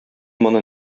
моны